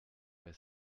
wer